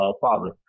father